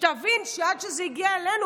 שתבין שעד שזה הגיע אלינו,